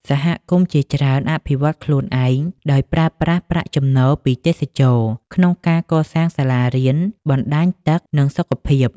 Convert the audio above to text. សហគមន៍ជាច្រើនអភិវឌ្ឍខ្លួនឯងដោយប្រើប្រាស់ប្រាក់ចំណូលពីទេសចរណ៍ក្នុងការសាងសង់សាលារៀន បណ្តាញទឹក និងសុខភាព។